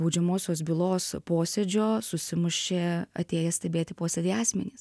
baudžiamosios bylos posėdžio susimušė atėję stebėti posėdį asmenys